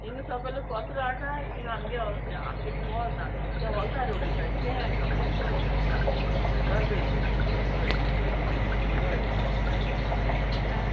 हिंग सगलो कोचरो हाटाय हिंगां आमगे आमगे थिंग वॉल्त आ त्या वॉल्तार उडोयताय तें एक कंप्लेन करूं जायें गार्बेज हय हय हय आ